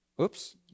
Oops